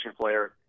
player